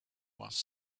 was